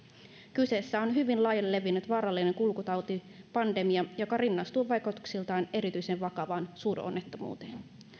kyseessä on hyvin laajalle levinnyt vaarallinen kulkutauti pandemia joka rinnastuu vaikutuksiltaan erityisen vakavaan suuronnettomuuteen